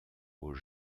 aux